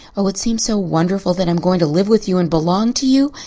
oh, it seems so wonderful that i'm going to live with you and belong to you.